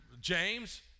James